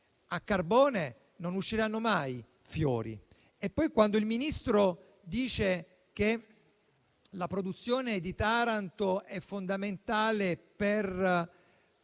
a carbone non usciranno mai fiori. Inoltre, il Ministro ha detto che la produzione di Taranto è fondamentale per